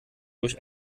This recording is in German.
durch